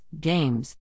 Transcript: games